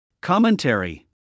Commentary